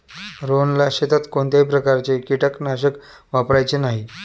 रोहनला शेतात कोणत्याही प्रकारचे कीटकनाशक वापरायचे नाही